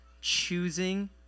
choosing